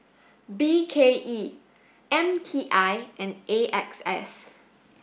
B K E M T I and A X S